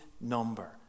number